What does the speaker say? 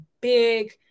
big